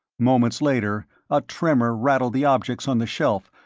moments later a tremor rattled the objects on the shelf,